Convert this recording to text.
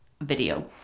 video